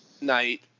night